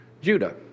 Judah